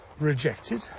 rejected